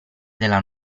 della